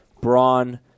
Braun